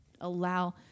allow